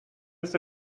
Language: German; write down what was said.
ist